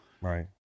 Right